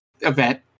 event